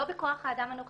לא בכוח האדם הנוכחי.